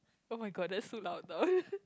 oh-my-god that's so loud